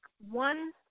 one